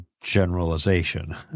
generalization